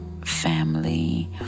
family